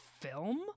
film